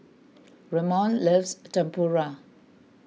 Ramon loves Tempura